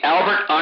Albert